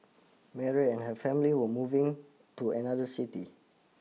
Mary and her family were moving to another city